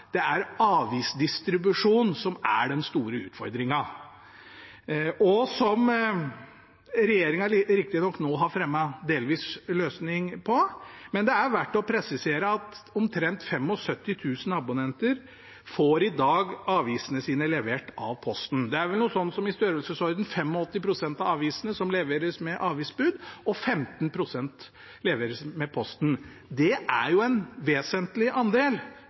Det er avisdistribusjonen som er den store utfordringen, og som regjeringen riktignok nå har fremmet en delvis løsning på. Men det er verd å presisere at omtrent 75 000 abonnenter i dag får avisene sine levert av Posten. Det er vel noe sånt som i størrelsesorden 85 pst. av avisene som leveres med avisbud, og 15 pst. som leveres med Posten. Det er en vesentlig andel